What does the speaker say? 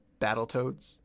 Battletoads